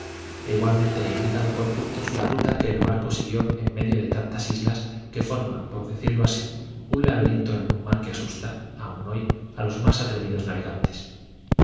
igualmente he indicado por puntos la ruta que el barco siguió en medio de tantas islas que forman por decirlo así un laberinto en un mar que asusta aun hoy a los más atrevidos navegantes